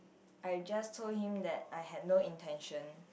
I just told him that I had no intention